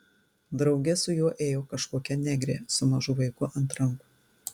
drauge su juo ėjo kažkokia negrė su mažu vaiku ant rankų